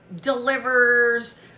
delivers